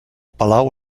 palau